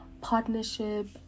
partnership